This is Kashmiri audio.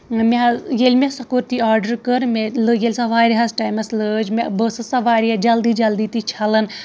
مےٚ حظ ییٚلہِ مےٚ سۄ کُرتی آرڈر کٔر مےٚ لٲگۍ ییٚلہِ سۄ مےٚ واریاہس ٹایمَس لٲج مےٚ بہٕ ٲسٕس سۄ واریاہ جلدی جلدی تہِ چھلان